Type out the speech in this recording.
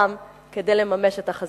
כדי לממש את החזון הגדול הזה.